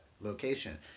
location